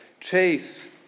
chase